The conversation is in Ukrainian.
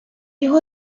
його